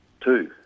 two